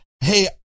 hey